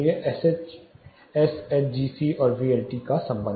तो यह एसएचजीसी और वीएलटी संबंध है